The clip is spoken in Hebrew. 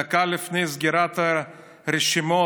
דקה לפני סגירת הרשימות